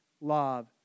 love